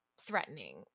threatening